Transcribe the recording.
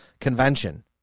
convention